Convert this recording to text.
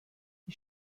die